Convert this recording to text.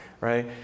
right